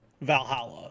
Valhalla